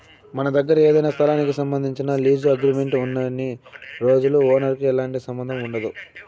మన దగ్గర ఏదైనా స్థలానికి సంబంధించి లీజు అగ్రిమెంట్ ఉన్నన్ని రోజులు ఓనర్ కి ఎలాంటి సంబంధం ఉండదు